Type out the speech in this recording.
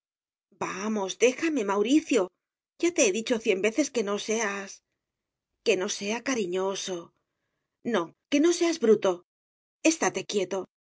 vamos déjame mauricio ya te he dicho cien veces que no seas que no sea cariñoso no que no seas bruto estate quieto